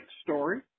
story